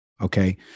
okay